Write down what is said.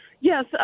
Yes